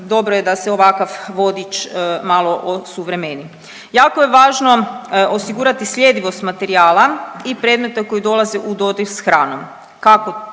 dobro je da se ovakav vodič malo osuvremeni. Jako je važno osigurati sljedivost materijala i predmeta koji dolaze u dodir s hranom.